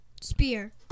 Spear